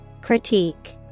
Critique